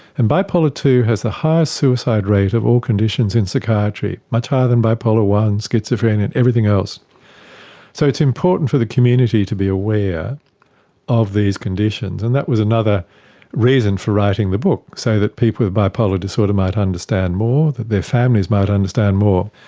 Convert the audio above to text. and bipolar ii has the highest suicide rate of all conditions in psychiatry, much higher than bipolar i, schizophrenia and everything else so it's important for the community to be aware of these conditions, and that was another reason for writing the book, so that people with bipolar disorder might understand more, that their families might understand more.